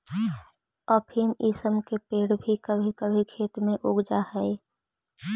अफीम इ सब के पेड़ भी कभी कभी खेत में उग जा हई